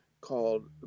called